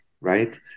right